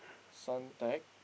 Suntec